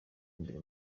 imbere